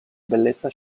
bellezza